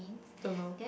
don't know